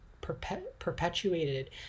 perpetuated